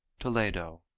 toledo,